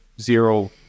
zero